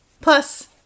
Plus